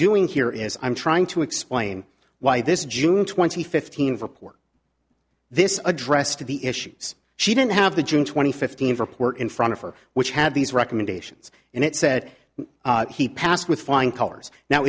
doing here is i'm trying to explain why this june twenty fifth report this address to the issues she didn't have the june twenty fifteen for port in front of her which had these recommendations and it said he passed with flying colors now